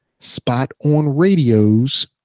spotonradios